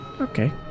Okay